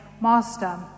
Master